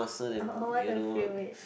I want to feel it